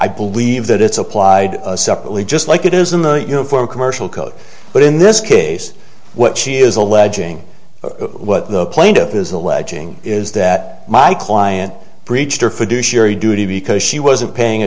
i believe that it's applied separately just like it is in the uniform commercial code but in this case what she is alleging what the plaintiff is alleging is that my client breached her fiduciary duty because she wasn't paying